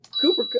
Cooper